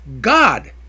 God